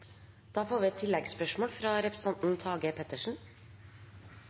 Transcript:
da statsråden er bortreist. Spørsmål 10, fra representanten Tage Pettersen